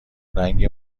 رنگ